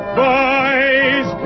boys